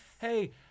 hey